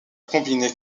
combiner